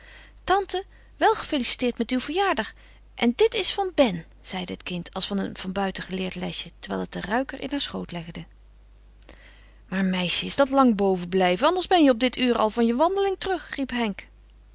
tante wel gefeliciteerd met uw verjaardag en dit is van ben zeide het kind als een van buiten geleerd lesje terwijl het den ruiker in haar schoot legde maar meisje is dat lang boven blijven anders ben je op dit uur al van je wandeling terug riep henk